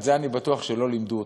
את זה אני בטוח שלא לימדו אותך,